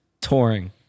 touring